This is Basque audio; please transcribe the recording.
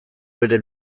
bere